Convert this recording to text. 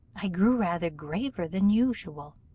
i grew rather graver than usual.